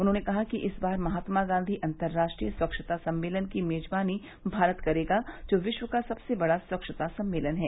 उन्होंने कहा कि इस बार महात्मा गांधी अंतर्रोष्ट्रीय स्वव्छता सम्मेलन की मेजबानी भारत करेगा जो विश्व का सबसे बड़ा स्वच्छता सम्मेलन है